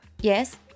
Yes